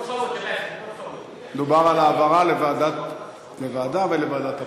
מדובר על העברה לוועדה, לוועדת הפנים.